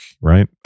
right